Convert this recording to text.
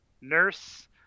Nurse